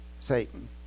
Satan